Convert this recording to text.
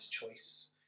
choice